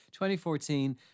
2014